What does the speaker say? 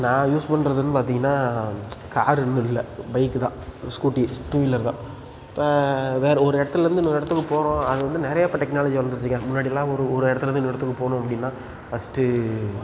நான் யூஸ் பண்ணுறதுன்னு பார்த்தீங்கன்னா கார் இன்னும் இல்லை பைக்கு தான் ஸ்கூட்டி ஸ் டூ வீலர் தான் இப்போ வேறு ஒரு இடத்துலேருந்து இன்னொரு இடத்துக்கு போகிறோம் அது வந்து நிறைய இப்போ டெக்னாலஜி வளர்ந்துடுச்சிங்க முன்னாடிலாம் ஒரு ஒரு இடத்துலேருந்து இன்னொரு இடத்துக்கு போகணும் அப்படின்னா ஃபர்ஸ்ட்டு